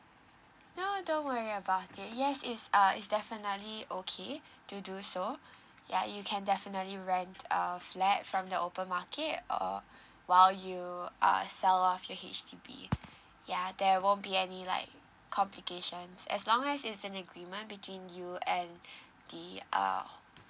no don't worry about it yes is uh is definitely okay to do so ya you can definitely rent a flat from the open market uh while you uh sell off your H_D_B ya there won't be any like complications as long as it's an agreement between you and the uh